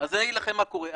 אז אני אגיד לכם מה קורה.